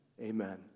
Amen